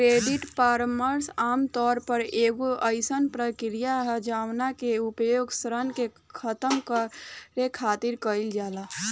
credit परामर्श आमतौर पर एगो अयीसन प्रक्रिया ह जवना के उपयोग ऋण के खतम करे खातिर कईल जाला